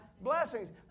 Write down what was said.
Blessings